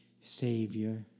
Savior